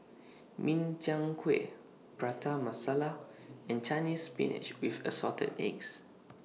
Min Chiang Kueh Prata Masala and Chinese Spinach with Assorted Eggs